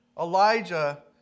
Elijah